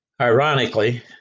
Ironically